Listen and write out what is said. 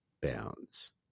bounds